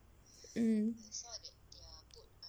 mm